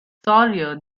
sorrier